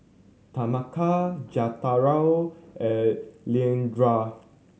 Tameka Jethro and Leandra